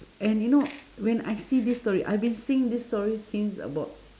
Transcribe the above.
and you know when I see this story I've been seeing this story since about